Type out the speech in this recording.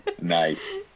Nice